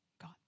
God